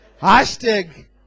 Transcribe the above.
hashtag